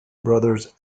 brothers